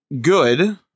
good